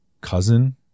cousin